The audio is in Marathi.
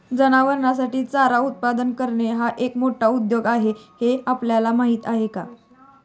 जनावरांसाठी चारा उत्पादन करणे हा एक मोठा उद्योग आहे हे आपल्याला माहीत आहे का?